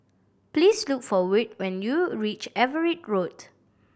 please look for Wirt when you reach Everitt Road